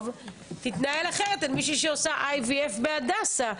תתנהל אחרת מול מי שעושה IVF בהדסה.